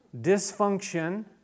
dysfunction